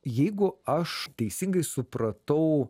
jeigu aš teisingai supratau